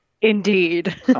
Indeed